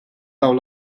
dawn